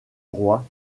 roi